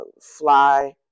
fly